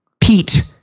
Pete